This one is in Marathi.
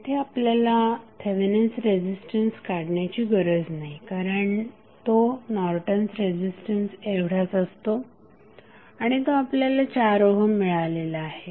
येथे आपल्याला थेवेनिन्स रेझिस्टन्स काढण्याची गरज नाही कारण तो नॉर्टन्स रेझिस्टन्सएवढाच असतो आणि तो आपल्याला 4 ओहम मिळाला आहे